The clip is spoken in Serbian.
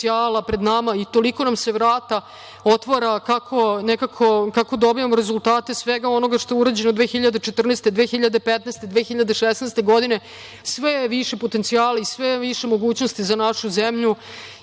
i toliko nam se vrata otvara. Kako dobijamo rezultate svega onoga što je urađeno 2014, 2015. i 2016. godine, sve je više potencijala i sve je više mogućnosti za našu zemlju